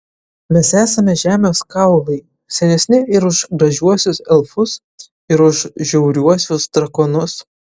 mes esame žemės kaulai senesni ir už gražiuosius elfus ir už žiauriuosius drakonus